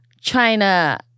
China